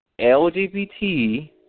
LGBT